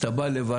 אתה בא לברך,